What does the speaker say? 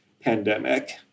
pandemic